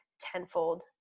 tenfold